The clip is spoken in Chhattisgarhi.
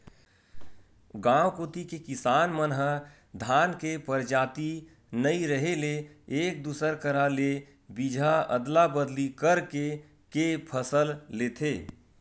गांव कोती के किसान मन ह धान के परजाति नइ रेहे ले एक दूसर करा ले बीजहा अदला बदली करके के फसल लेथे